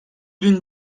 bin